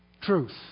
truth